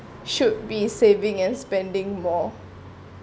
should be saving and spending more